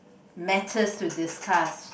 matters to discuss